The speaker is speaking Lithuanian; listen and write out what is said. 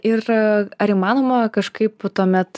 ir ar įmanoma kažkaip tuomet